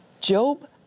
Job